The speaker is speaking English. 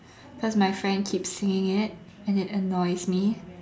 cause my friend keeps singing it and it annoys me